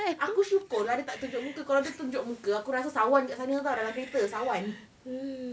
aku syukur lah dia tak tunjuk muka kalau dia tunjuk muka aku rasa sawan dekat sana [tau] dalam kereta sawan